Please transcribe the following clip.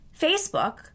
Facebook